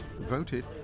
voted